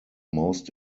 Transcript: most